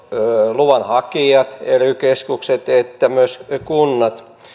luvanhakijat ely keskukset että myös kunnat